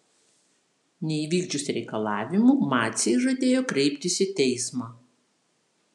neįvykdžius reikalavimų maciai žadėjo kreiptis į teismą